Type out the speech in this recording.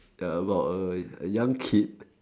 ya about a a young kid